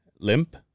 Limp